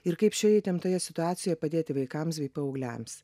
ir kaip šioje įtemptoje situacijoje padėti vaikams bei paaugliams